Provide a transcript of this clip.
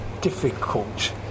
difficult